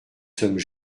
sommes